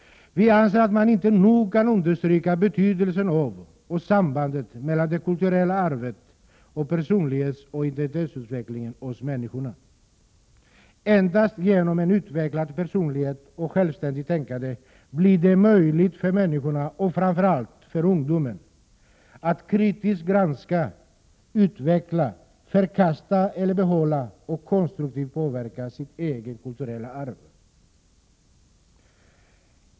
Vi anser att man inte nog kan understryka betydelsen av och sambandet mellan det kulturella arvet och personlighetsoch identitetsutvecklingen hos människorna. Endast genom en utvecklad personlighet och genom ett självständigt tänkande blir det möjligt för människorna, framför allt för ungdomen, att kritiskt granska, utveckla, förkasta eller behålla och konstruktivt påverka sitt eget kulturella arv.